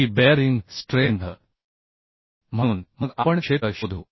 ही bearing strength म्हणून मग आपण क्षेत्र शोधू